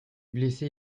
blessé